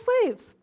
Slaves